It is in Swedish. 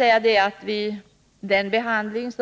Vid vår behandling